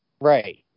Right